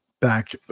back